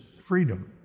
freedom